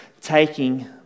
taking